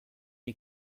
est